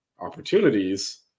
opportunities